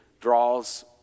draws